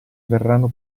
verranno